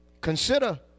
Consider